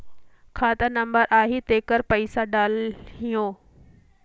खाता नंबर आही तेकर पइसा डलहीओ?